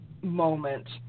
moment